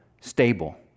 stable